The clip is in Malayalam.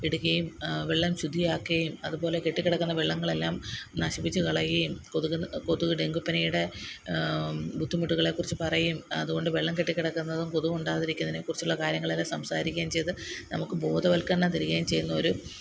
ഇടുകയും വെള്ളം ശുദ്ധിയാക്കുകയും അതുപോലെ കെട്ടിക്കിടക്കുന്ന വെള്ളങ്ങളെല്ലാം നശിപ്പിച്ച് കളയുകയും കൊതുക് കൊതുക് ഡെങ്കിപ്പനിയുടെ ബുദ്ധിമുട്ടുകളെക്കുറിച്ച് പറയുകയും അതു കൊണ്ട് വെള്ളം കെട്ടിക്കിടക്കുന്നതും കൊതുകുണ്ടാകാതിരിക്കുന്നതിനെക്കുറിച്ചുള്ള കാര്യങ്ങളെല്ലാം സംസാരിക്കുകയും ചെയ്തത് നമുക്ക് ബോധവത്ക്കരണം തരികയും ചെയ്യുന്നൊരു